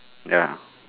ya